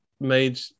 made